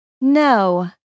No